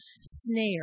snare